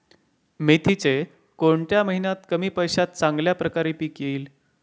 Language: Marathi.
मेथीचे कोणत्या महिन्यात कमी पैशात चांगल्या प्रकारे पीक येईल?